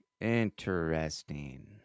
Interesting